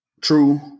True